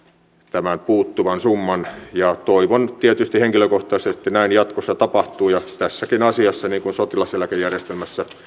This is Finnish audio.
tämän puuttuvan summan ja toivon tietysti henkilökohtaisesti että näin jatkossa tapahtuu ja tässäkin asiassa niin kuin sotilaseläkejärjestelmässä